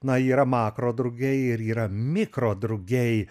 na yra makro drugiai ir yra mikro drugiai